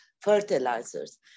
fertilizers